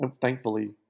thankfully